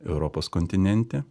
europos kontinente